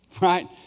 right